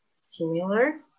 similar